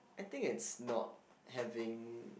I think it's not having